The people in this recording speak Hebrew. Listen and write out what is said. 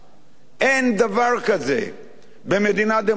אין דבר כזה במדינה דמוקרטית,